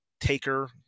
taker